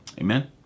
Amen